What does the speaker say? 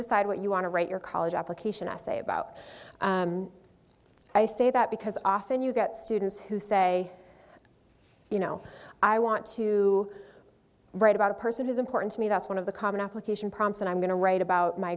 decide what you want to write your college application essay about i say that because often you get students who say you know i want to write about a person is important to me that's one of the common application prompts and i'm going to write about my